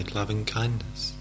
loving-kindness